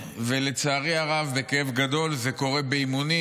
ולצערי הרב, בכאב גדול, זה קורה באימונים,